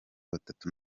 batatu